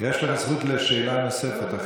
יש לך זכות לשאלה נוספת.